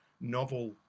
novel